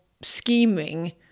scheming